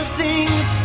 sings